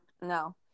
No